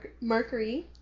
Mercury